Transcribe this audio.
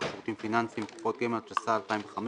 על שירותים פיננסיים (קופות גמל) (תיקון